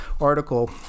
article